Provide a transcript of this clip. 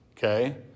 Okay